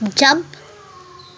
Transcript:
jump